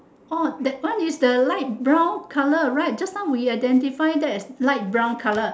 orh that one is the light brown colour right just now we identify that as black brown colour